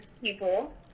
people